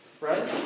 right